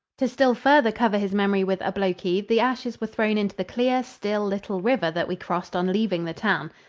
to still further cover his memory with obloquy, the ashes were thrown into the clear, still, little river that we crossed on leaving the town.